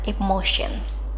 emotions